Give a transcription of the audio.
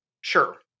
Sure